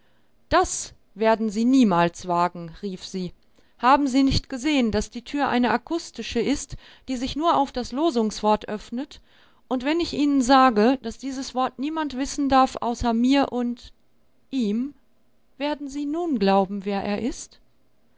das werden sie niemals wagen rief sie haben sie nicht gesehen daß die tür eine akustische ist die sich nur auf das losungswort öffnet und wenn ich ihnen sage daß dieses wort niemand wissen darf außer mir und ihm werden sie nun glauben wer er ist